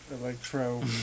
electro